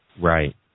Right